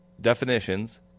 definitions